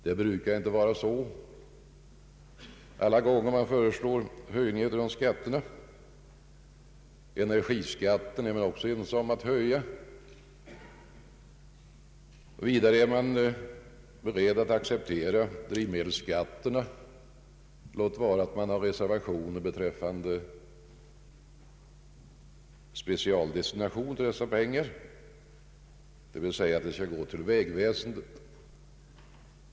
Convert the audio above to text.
Det brukar inte vara så alla gånger en höjning av de skatterna föreslås. Energiskatten är man också ense om att höja. Vidare är man beredd att acceptera de föreslagna drivmedelsskatterna, låt vara att det finns reservationer beträffande specialdestinationen av de pengar som flyter in, dvs. att de skall gå till vägväsendet.